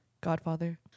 godfather